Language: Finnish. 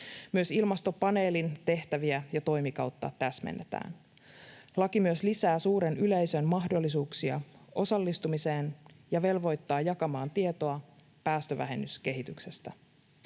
Myös ilmastopaneelin tehtäviä ja toimikautta täsmennetään. Laki myös lisää suuren yleisön mahdollisuuksia osallistumiseen ja velvoittaa jakamaan tietoa päästövähennyskehityksestä.